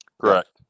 correct